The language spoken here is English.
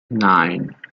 nine